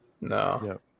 no